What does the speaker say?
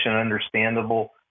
understandable